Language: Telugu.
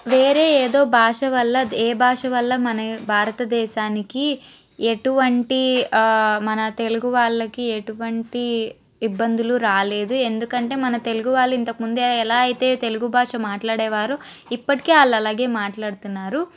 వేరే ఏదో భాష వల్ల ఏ భాష వల్ల మన భారతదేశానికి ఎటువంటి మన తెలుగు వాళ్లకి ఎటువంటి ఇబ్బందులు రాలేదు ఎందుకంటే మన తెలుగు వాళ్లు ఇంతకుముందే ఎలా అయితే తెలుగు భాష మాట్లాడే వారు ఇప్పటికీ ఆలలాగే మాట్లాడుతున్నారు